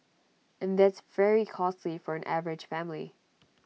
and that's very costly for an average family